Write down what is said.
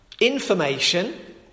information